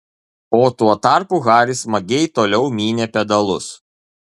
o tuo tarpu haris smagiai toliau mynė pedalus